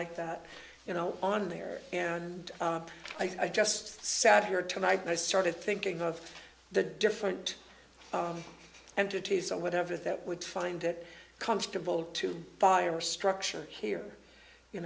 like that you know on there and i just sat here tonight and i started thinking of the different entities or whatever that would find it comfortable to fire structure here you